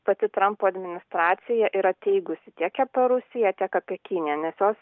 pati trampo administracija yra teigusi tiek apie rusiją tiek apie kiniją nes jos